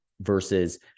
versus